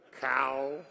cow